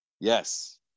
Yes